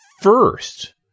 first